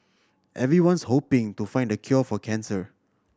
everyone's hoping to find the cure for cancer